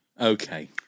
Okay